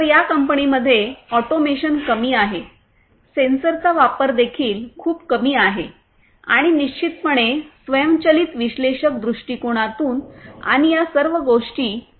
तर या कंपनीमध्ये ऑटोमेशन कमी आहे सेन्सरचा वापर देखील खूप कमी आहे आणि निश्चितपणे स्वयंचलित विश्लेषक दृष्टिकोनातून आणि या सर्व गोष्टी या कंपनीत अगदी कमी आहेत